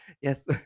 yes